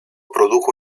produjo